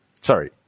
Sorry